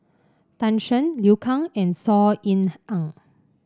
Tan Shen Liu Kang and Saw Ean Ang